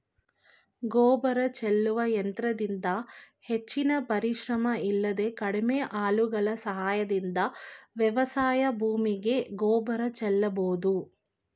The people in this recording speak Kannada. ಗೊಬ್ಬರ ಚೆಲ್ಲುವ ಯಂತ್ರದಿಂದ ಹೆಚ್ಚಿನ ಪರಿಶ್ರಮ ಇಲ್ಲದೆ ಕಡಿಮೆ ಆಳುಗಳ ಸಹಾಯದಿಂದ ವ್ಯವಸಾಯ ಭೂಮಿಗೆ ಗೊಬ್ಬರ ಚೆಲ್ಲಬೋದು